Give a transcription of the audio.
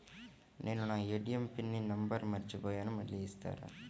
నేను నా ATM PIN number మర్చిపోయాను మళ్ళీ ఇస్తారా?